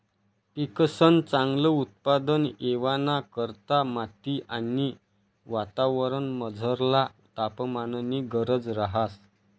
पिकंसन चांगल उत्पादन येवाना करता माती आणि वातावरणमझरला तापमाननी गरज रहास